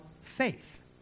faith